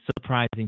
surprising